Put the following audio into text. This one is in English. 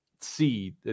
see